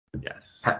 Yes